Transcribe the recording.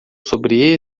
sobre